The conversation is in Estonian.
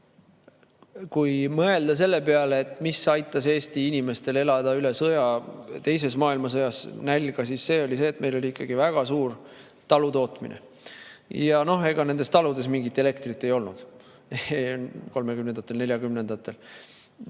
Kui mõelda selle peale, mis aitas Eesti inimestel elada üle sõja, [päästis] teises maailmasõjas näljast, siis see oli see, et meil oli ikkagi väga suur talutootmine. Ja noh, ega nendes taludes mingit elektrit ei olnud